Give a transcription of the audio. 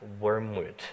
wormwood